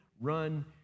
run